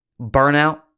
Burnout